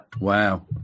Wow